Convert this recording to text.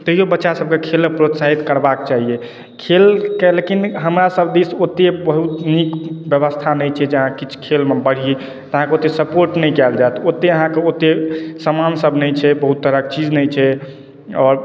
तैयो बच्चासभके खेलमे प्रोत्साहित करबाक चाहियै खेलके लेकिन हमरासभ दिस ओतेक बहुत नीक व्यवस्था नहि छै जे अहाँ किछु खेलमे बढ़ी तऽ अहाँकेँ ओतेक सपोर्ट नहि कयल जायत ओतेक अहाँके ओतेक सामानसभ नहि छै बहुत तरहके चीज नहि छै आओर